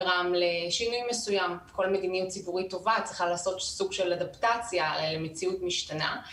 גרם לשינוי מסוים, כל מדיניות ציבורית טובה צריכה לעשות סוג של אדפטציה למציאות משתנה.